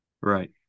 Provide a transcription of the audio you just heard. Right